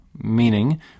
Meaning